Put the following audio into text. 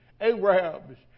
Arabs